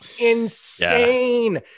insane